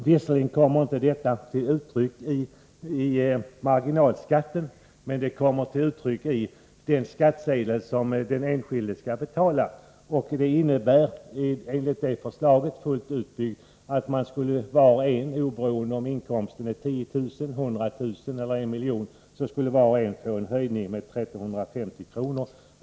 Visserligen kommer inte detta till uttryck i marginalskattehänseende, men det kommer att märkas på den skatt som den enskilde får betala. Förslaget innebär fullt utbyggt att var och en, vare sig hans inkomst är 10 000 kr., 100 000 kr. eller 1 milj.kr., får en höjd kommunalskatt med 1 350 kr.